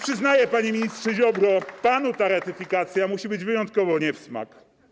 Przyznaję, panie ministrze Ziobro, że panu ta ratyfikacja musi być wyjątkowo nie w smak.